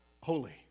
holy